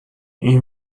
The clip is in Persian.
این